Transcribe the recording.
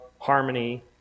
harmony